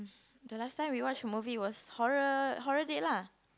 the last time we watch a movie was horror horror date lah